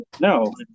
no